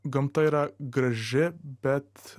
gamta yra graži bet